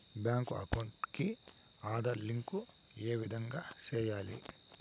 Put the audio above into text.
Bank account కి Aadhaar link ఏ విధంగా సెయ్యాలి?